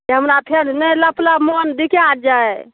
जे हमरा फेर नहि लप लप मन बिका जाए